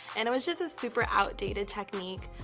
and it was just a super outdated technique.